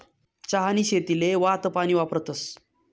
चहानी शेतीले वाहतं पानी वापरतस